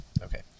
okay